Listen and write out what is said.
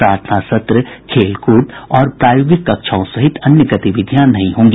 प्रार्थना सत्र खेलकूद और प्रायोगिक कक्षाओं सहित अन्य गतिविधियां नहीं होंगी